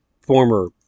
former